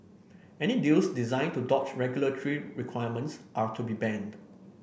any deals designed to dodge regulatory requirements are to be banned